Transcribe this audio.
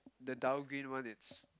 the dull green one is